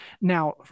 Now